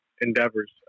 endeavors